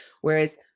Whereas